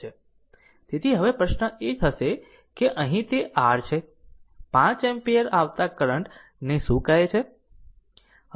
તેથી હવે પ્રશ્ન એ છે કે અહીં તે r છે 5 એમ્પીયર આવતા કરંટ ને શું કહે છે